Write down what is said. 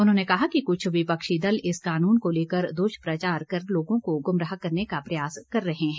उन्होंने कहा कि कुछ विपक्षी दल इस कानून को लेकर दुष्प्रचार कर लोगों को गुमराह करने का प्रयास कर रहे हैं